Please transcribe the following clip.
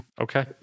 okay